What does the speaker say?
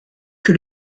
que